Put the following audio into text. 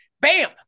Bam